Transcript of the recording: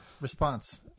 response